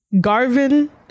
Garvin